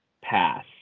pass